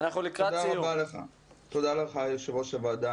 תודה רבה יושב ראש הוועדה.